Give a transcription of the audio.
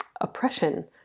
oppression